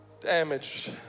damaged